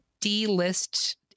D-list